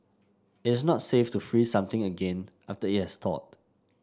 it is not safe to freeze something again after it has thawed